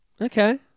Okay